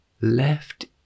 left